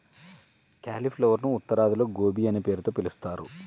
క్యాలిఫ్లవరునే ఉత్తరాదిలో గోబీ అనే పేరుతో పిలుస్తారు